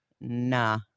nah